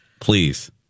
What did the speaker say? please